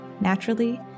Naturally